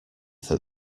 that